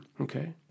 Okay